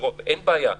אין בעיה.